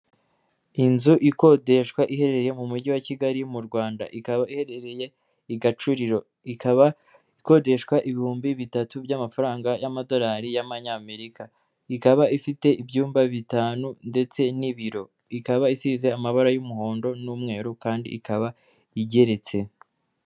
Inzu ikodeshwa, iherereye mu mujyi wa Kigali mu Rwanda, ikaba iherereye i Gacuriro, ikaba ikodeshwa ibihumbi bitatu by'amafaranga y'amadolari y'amanyamerika, ikaba ifite ibyumba bitanu ndetse n'ibiro, ikaba isize amabara y'umuhondo n'umweru, kandi ikaba igeretse.